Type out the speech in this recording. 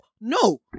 No